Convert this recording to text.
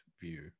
view